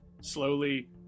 slowly